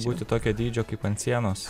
būti tokio dydžio kaip ant sienos